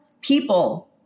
people